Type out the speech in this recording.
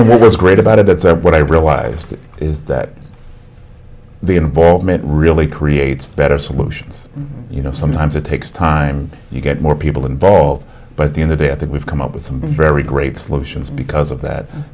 it was great about it that's what i realized is that the involvement really creates better solutions you know sometimes it takes time you get more people involved but the other day i think we've come up with some very great solutions because of that